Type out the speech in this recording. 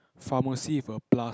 pharmacy with a plus